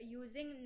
using